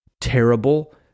terrible